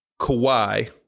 Kawhi